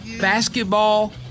Basketball